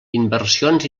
inversions